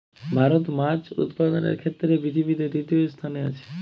ভারত মাছ উৎপাদনের ক্ষেত্রে পৃথিবীতে তৃতীয় স্থানে আছে